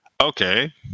okay